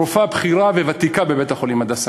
רופאה בכירה וותיקה בבית-החולים "הדסה",